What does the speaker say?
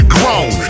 grown